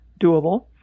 doable